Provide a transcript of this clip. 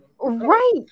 Right